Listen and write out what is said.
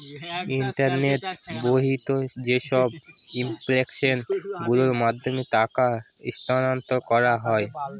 internet বাহিত যেসব application গুলোর মাধ্যমে টাকা স্থানান্তর করা হয়